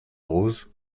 rose